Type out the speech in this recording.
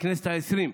בכנסת העשרים,